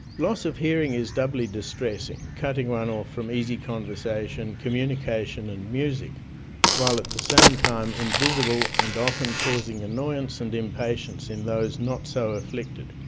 loss of hearing is doubly distressing, cutting one off from easy conversation, communication and music while at the same time invisible and often causing annoyance and impatience in those not so afflicted.